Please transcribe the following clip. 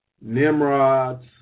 Nimrod's